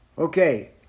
Okay